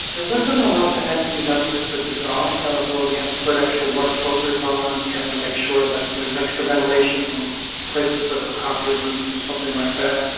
there wasn't a lot that had to be done to the design, although we had to put extra water filters on, we had to make sure that there was extra ventilation from places where there were copier rooms or something like that.